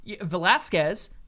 Velasquez –